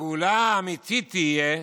הגאולה האמיתית תהיה